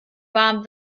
warm